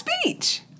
speech